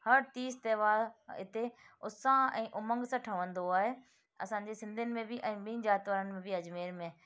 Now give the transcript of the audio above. हर तीज त्योहार इते उत्साह ऐं उमंग सां ठहंदो आहे असांजे सिंधियुनि में बि ऐं ॿिनि ज़ाति वारनि में बि अजमेर में